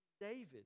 David